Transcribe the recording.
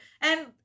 and-